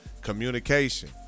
Communication